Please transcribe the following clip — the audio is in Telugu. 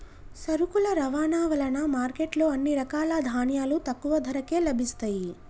సరుకుల రవాణా వలన మార్కెట్ లో అన్ని రకాల ధాన్యాలు తక్కువ ధరకే లభిస్తయ్యి